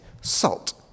salt